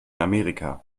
amerika